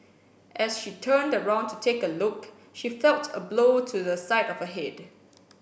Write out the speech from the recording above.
as she turned around to take a look she felt a blow to the side of a head